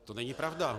To není pravda.